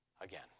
again